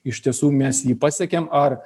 iš tiesų mes jį pasiekėm ar